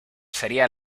sería